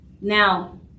now